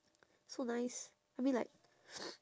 so nice I mean like